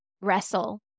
wrestle